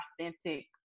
authentic